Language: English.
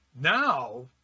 Now